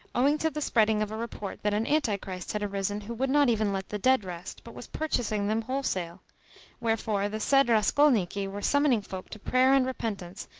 owing to the spreading of a report than an antichrist had arisen who would not even let the dead rest, but was purchasing them wholesale wherefore the said raskolniki were summoning folk to prayer and repentance,